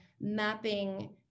mapping